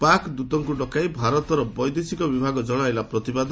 ପାକ୍ଦୃତଙ୍କୁ ଡକାଇ ଭାରତର ବୈଦେଶିକ ବିଭାଗ ଜଣାଇଲା ପ୍ରତିବାଦ